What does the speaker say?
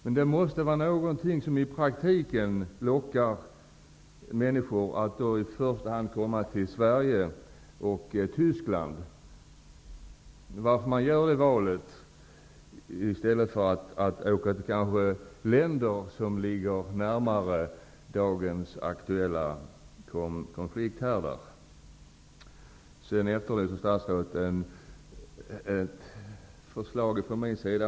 Men det måste vara något som i praktiken lockar människor att i första hand komma till Sverige och Tyskland, att de gör detta val i stället för att kanske åka till länder som ligger närmare dagens aktuella konflikthärdar. Statsrådet efterlyste ett förslag från min sida.